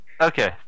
Okay